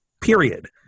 period